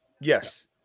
Yes